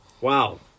Wow